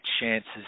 chances